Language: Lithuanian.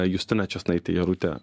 justina česnaitė jarutė